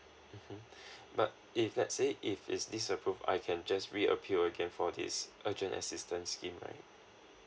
mm but if let's say if it's disapproved I can just re appeal again for this urgent assistance scheme right